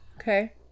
okay